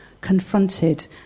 confronted